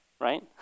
right